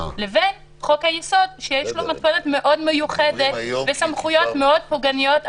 לבין חוק היסוד שיש לו מתכונת מאוד מיוחדת וסמכויות מאוד פוגעניות,